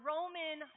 Roman